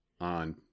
on